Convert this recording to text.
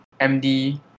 MD